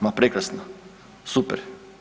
Ma prekrasno, super.